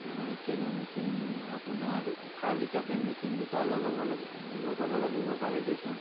cell' machine আপোনাৰ খাল হিচাপে মেচিন দুটাও লগাব লগাব লাগিব পাৰে দেচোন